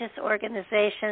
organizations